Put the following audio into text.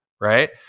right